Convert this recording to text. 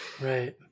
Right